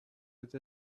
with